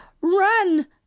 Run